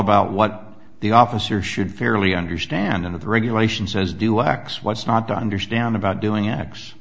about what the officer should fairly understanding of the regulations as do x what's not to understand about doing